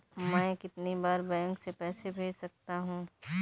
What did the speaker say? मैं कितनी बार बैंक से पैसे भेज सकता हूँ?